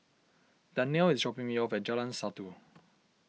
Danyelle is dropping me off at Jalan Satu